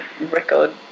record